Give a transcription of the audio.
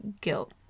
guilt